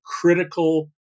critical